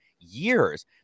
years